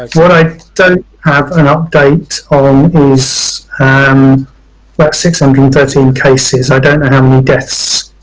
what i don't have an update on is and like six hundred and thirteen cases i don't know how many deaths